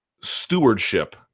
stewardship